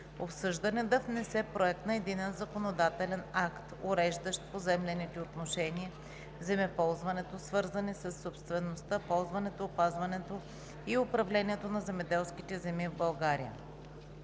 обсъждане да внесе проект на единен законодателен акт, уреждащ поземлените отношения в земеползването, свързани със собствеността, ползването, опазването и управлението на земеделските земи в България.